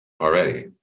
already